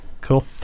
Cool